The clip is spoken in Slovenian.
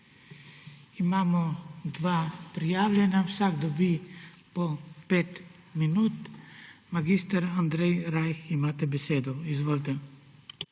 Imamo dva prijavljena. Vsak dobi po 5 minut. Mag. Andrej Rajh, imate besedo. Izvolite.